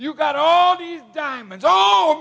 you got all these diamonds